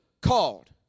called